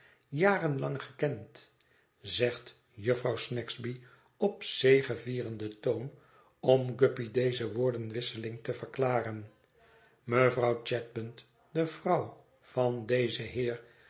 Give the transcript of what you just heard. lang gekend zegt jufvrouw snagsby op zegevierenden toon om guppy deze woordenwisseling te verklaren mevrouw chadband de vrouw van dezen heer